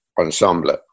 ensemble